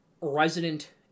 Resident